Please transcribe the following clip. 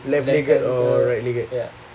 left-legged or right-legged